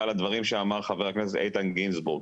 לדברים שאמר חבר הכנסת איתן גינזברוג,